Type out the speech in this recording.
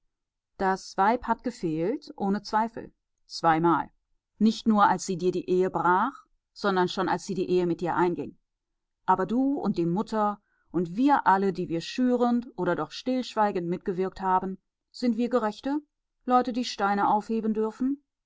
das weib hat gefehlt ohne zweifel zweimal nicht nur als sie dir die ehe brach sondern schon als sie die ehe mit dir einging aber du und die mutter und wir alle die wir schürend oder doch stillschweigend mitgewirkt haben sind wir gerechte leute die steine aufheben dürfen